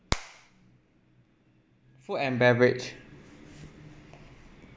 food and beverage